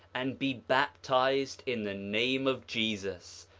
and be baptized in the name of jesus,